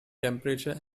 temperature